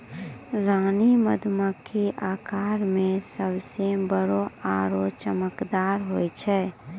रानी मधुमक्खी आकार मॅ सबसॅ बड़ो आरो चमकदार होय छै